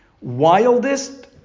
wildest